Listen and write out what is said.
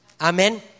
Amen